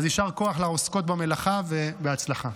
אז יישר כוח לעוסקות במלאכה ובהצלחה.